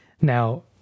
Now